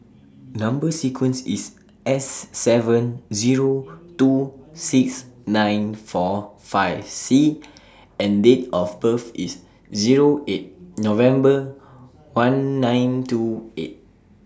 Number sequence IS S seven Zero two six nine four five C and Date of birth IS Zero eight November one nine two eight